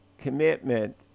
commitment